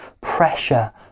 pressure